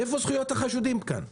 איפה זכויות החשודים כאן?